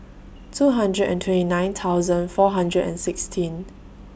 two hundred and twenty nine thousand four hundred and sixteen